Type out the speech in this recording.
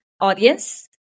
audience